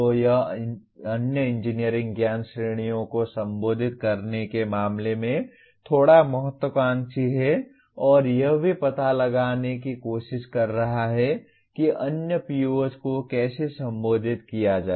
तो यह अन्य इंजीनियरिंग ज्ञान श्रेणियों को संबोधित करने के मामले में थोड़ा महत्वाकांक्षी है और यह भी पता लगाने की कोशिश कर रहा है कि अन्य POs को कैसे संबोधित किया जाए